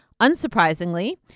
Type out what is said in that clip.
unsurprisingly